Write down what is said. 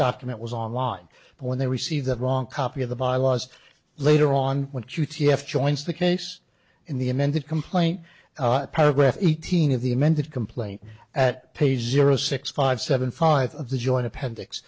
document was on line when they received that wrong copy of the bylaws later on when q t s joints the case in the amended complaint paragraph eighteen of the amended complaint at page zero six five seven five of the joint appendix